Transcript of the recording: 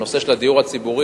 הנושא של הדיור הציבורי.